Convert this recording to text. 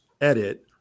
edit